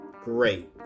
great